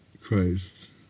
Christ